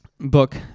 book